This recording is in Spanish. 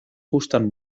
gustan